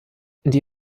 die